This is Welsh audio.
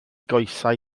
goesau